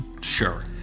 Sure